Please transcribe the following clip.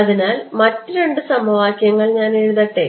അതിനാൽ മറ്റ് രണ്ട് സമവാക്യങ്ങൾ ഞാൻ എഴുതട്ടെ